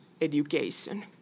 education